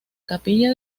capilla